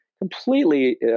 completely